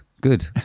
Good